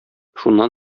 шуннан